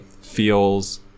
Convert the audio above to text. feels